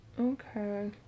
Okay